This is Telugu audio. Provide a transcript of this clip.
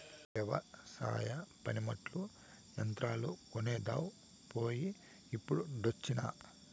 వెవసాయ పనిముట్లు, యంత్రాలు కొనేదాన్ పోయి ఇప్పుడొచ్చినా